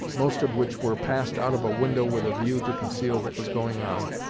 most of which were passed out of a window with a view to conceal what was going on,